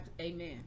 amen